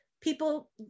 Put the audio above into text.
people